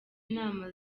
nama